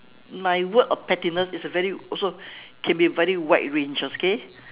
my word of pettiness is a very also can also be a very wide range okay